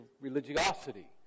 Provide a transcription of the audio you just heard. religiosity